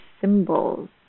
symbols